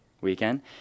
weekend